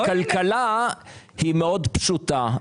מאוד פשוטה,